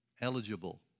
eligible